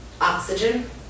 oxygen